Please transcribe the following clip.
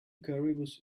caribous